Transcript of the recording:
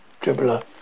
Dribbler